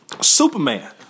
Superman